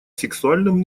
сексуальном